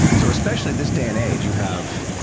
so especially this day and age you have,